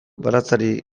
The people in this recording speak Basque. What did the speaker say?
baratzari